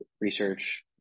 research